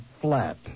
flat